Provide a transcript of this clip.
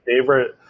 favorite